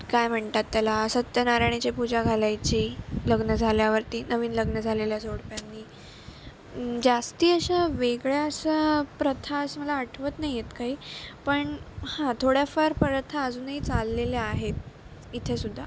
काय म्हणतात त्याला सत्यनारायणाची पूजा घालायची लग्न झाल्यावरती नवीन लग्न झालेल्या जोडप्यांनी जास्त अशा वेगळ्या अशा प्रथा अशा मला आठवत नाही आहेत काही पण हां थोड्याफार प्रथा अजूनही चाललेल्या आहेत इथे सुद्धा